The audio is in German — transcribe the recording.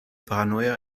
paranoia